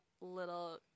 little